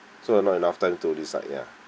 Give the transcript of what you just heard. so I've not enough time to decide ya